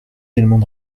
éléments